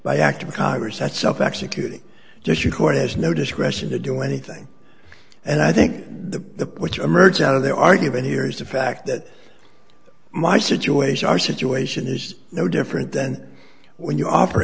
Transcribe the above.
by act of congress that self executing just your court has no discretion to do anything and i think the which emerges out of their argument here is the fact that my situation our situation is no different than when you offer